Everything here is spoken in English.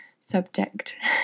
subject